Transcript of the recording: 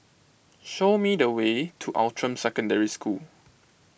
show me the way to Outram Secondary School